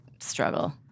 struggle